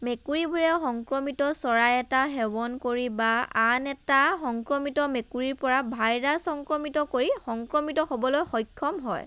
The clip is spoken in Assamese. মেকুৰীবোৰে সংক্ৰমিত চৰাই এটা সেৱন কৰি বা আন এটা সংক্ৰমিত মেকুৰীৰপৰা ভাইৰাছ সংক্ৰমিত কৰি সংক্ৰমিত হ'বলৈ সক্ষম হয়